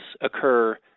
occur